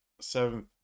Seventh